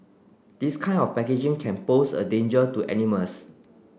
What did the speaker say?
this kind of packaging can pose a danger to animals